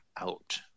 out